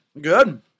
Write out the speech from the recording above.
Good